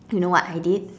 you know what I did